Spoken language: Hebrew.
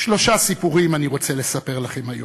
שלושה סיפורים אני רוצה לספר לכם היום: